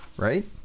Right